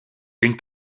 une